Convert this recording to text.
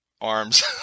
arms